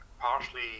partially